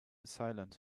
silent